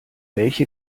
welche